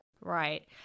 Right